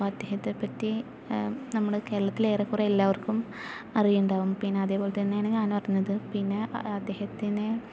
അപ്പോൾ അദ്ദേഹത്തെപ്പറ്റി നമ്മുടെ കേരളത്തില് ഏറെക്കുറേ എല്ലാവർക്കും അറിയുന്നുണ്ടാവും പിന്നെ അതേപോലെത്തന്നെ ആണ് ഞാനും അറിഞ്ഞത് പിന്നെ അദ്ദേഹത്തിനെ